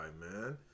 man